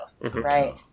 right